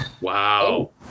Wow